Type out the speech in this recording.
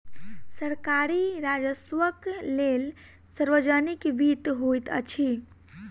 सरकारी राजस्वक लेल सार्वजनिक वित्त होइत अछि